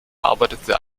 arbeitete